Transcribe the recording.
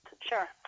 sure